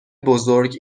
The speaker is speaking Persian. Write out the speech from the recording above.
بزرگ